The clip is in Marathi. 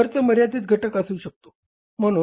खर्च मर्यादित घटक असू शकतो